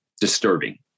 disturbing